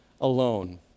alone